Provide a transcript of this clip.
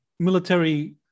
Military